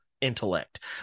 intellect